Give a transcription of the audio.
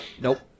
nope